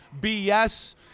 bs